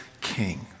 king